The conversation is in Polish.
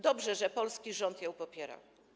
Dobrze, że polski rząd ją popierał.